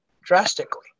drastically